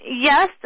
Yes